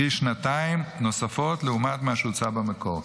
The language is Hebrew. קרי שנתיים נוספות לעומת מה שהוצע במקור.